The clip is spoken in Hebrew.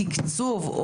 התקצוב,